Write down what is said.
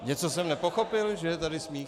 Něco jsem nepochopil, že je tady smích?